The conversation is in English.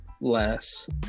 less